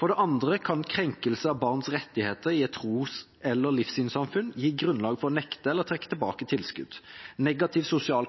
For det andre kan krenkelse av barns rettigheter i tros- eller livssynssamfunn gi grunnlag for å nekte eller trekke tilbake tilskudd. Negativ sosial